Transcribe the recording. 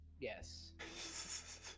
Yes